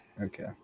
Okay